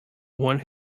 one